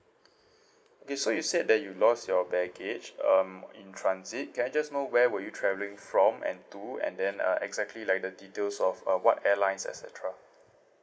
okay so you said that you lost your baggage um in transit can I just know where were you travelling from and to and then uh exactly like the details of uh what airlines et cetera